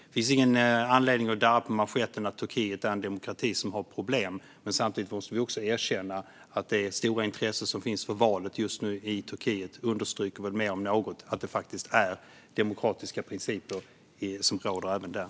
Det finns ingen anledning att darra på manschetten när det gäller att säga att Turkiet är en demokrati som har problem, men samtidigt måste vi också erkänna att det stora intresse som just nu finns för valet i Turkiet väl mer än något understryker att demokratiska principer faktiskt råder även där.